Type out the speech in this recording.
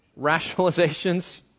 Rationalizations